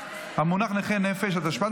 תעצור, די.